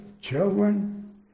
children